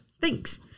Thanks